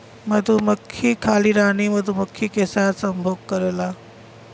मधुमक्खी खाली रानी मधुमक्खी के साथ संभोग करेला